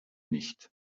nicht